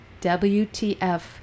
WTF